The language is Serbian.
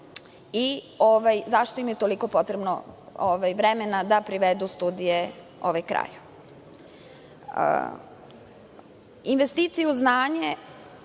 i zašto im je toliko potrebno vremena da privedu studije kraju. Investicije u znanje